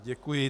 Děkuji.